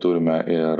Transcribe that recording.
turime ir